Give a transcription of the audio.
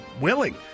willing